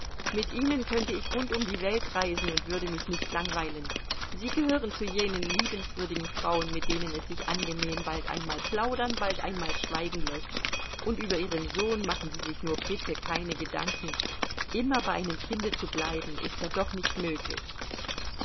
mit ihnen könnte ich rund um die welt reisen und würde mich nicht langweilen sie gehören zu jenen liebenswürdigen frauen mit denen es sich angenehm bald einmal plaudern bald einmal schweigen läßt und über ihren sohn machen sie sich nur bitte keine gedanken immer bei einem kinde zu bleiben ist ja doch nicht möglich